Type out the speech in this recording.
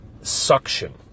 suction